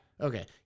okay